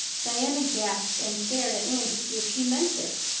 diana gasped and stared at anne to see if she meant it.